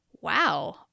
wow